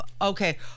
Okay